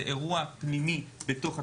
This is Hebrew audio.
זה אירוע פנימי בתוך התוכנית.